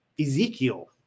Ezekiel